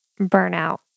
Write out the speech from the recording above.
burnout